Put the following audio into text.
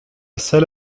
salle